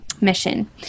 mission